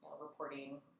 reporting